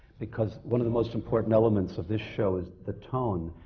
because one of the most important elements of this show is the tone.